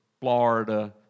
Florida